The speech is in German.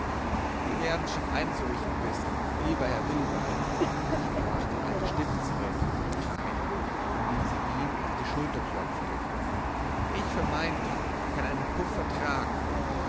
sie werden's schon einzurichten wissen lieber herr willibald sprach die alte stiftsrätin von krain indem sie ihn auf die schulter klopfte ich für meinen teil kann einen puff vertragen